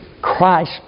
Christ